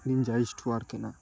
Ninja H two R কেনা